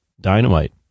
dynamite